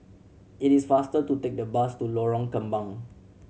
it is faster to take the bus to Lorong Kembang